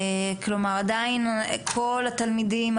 עדיין כל התלמידים,